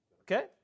Okay